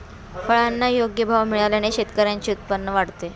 फळांना योग्य भाव मिळाल्याने शेतकऱ्यांचे उत्पन्न वाढते